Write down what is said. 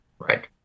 Right